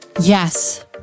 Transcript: Yes